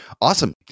awesome